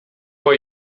vor